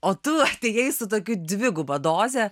o tu atėjai su tokiu dviguba doze